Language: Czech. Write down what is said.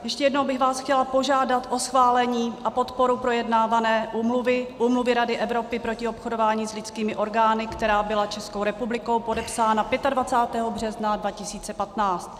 Ještě jednou bych vás chtěla požádat o schválení a podporu projednávané úmluvy, Úmluvy Rady Evropy proti obchodování s lidskými orgány, která byla Českou republikou podepsána 25. března 2015.